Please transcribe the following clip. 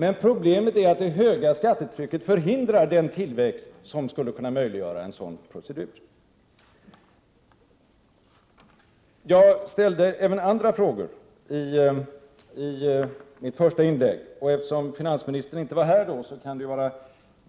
Men problemet är att det höga skattetrycket förhindrar den tillväxt som skulle kunna möjliggöra en sådan uppläggning. Jag ställde även andra frågor i mitt första inlägg, och eftersom finansministern inte var här då vill jag upprepa dem